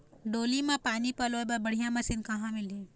डोली म पानी पलोए बर बढ़िया मशीन कहां मिलही?